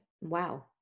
wow